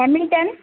Hamilton